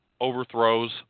overthrows